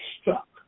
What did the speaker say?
struck